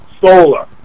solar